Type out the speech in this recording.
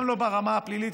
גם לא ברמה הפלילית,